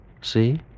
See